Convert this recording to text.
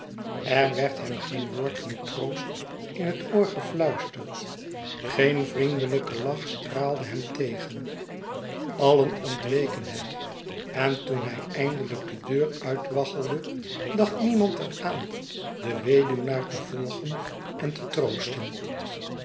er werd hem geen woord van troost in het oor gefluisterd geen vriendelijke lach straalde hem tegen allen ontweken hem en toen hij eindelijk de deur uitwaggelde dacht niemand er aan den weduwnaar te volgen en te trobsten